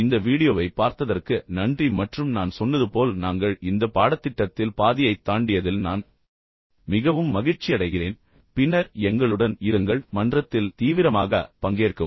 இந்த வீடியோவைப் பார்த்ததற்கு நன்றி மற்றும் நான் சொன்னது போல் நாங்கள் இந்த பாடத்திட்டத்தில் பாதியைத் தாண்டியதில் நான் மிகவும் மகிழ்ச்சியடைகிறேன் பின்னர் எங்களுடன் இருங்கள் மன்றத்தில் தீவிரமாக பங்கேற்கவும்